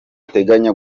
ateganya